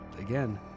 Again